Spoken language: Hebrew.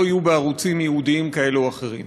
יהיו בערוצים ייעודיים כאלה או אחרים.